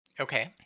Okay